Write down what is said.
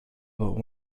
but